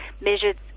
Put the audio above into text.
measured